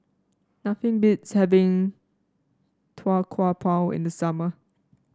nothing beats having Tau Kwa Pau in the summer